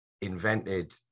invented